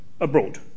abroad